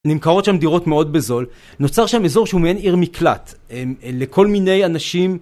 נמכרות שם דירות מאוד בזול, נוצר שם אזור שהוא מעין עיר מקלט לכל מיני אנשים